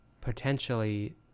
potentially